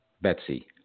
Betsy